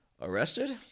arrested